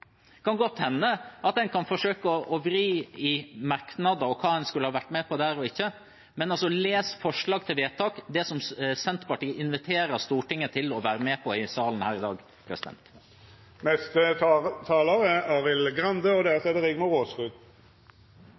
kan godt hende at man kan forsøke å vri hva man i merknader skulle vært med på eller ikke – å lese vårt forslag til vedtak, det som Senterpartiet inviterer Stortinget til å være med på i denne salen her i dag.